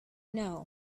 know